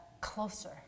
closer